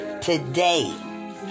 Today